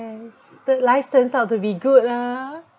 yes third life turns out to be good lah ah